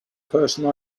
person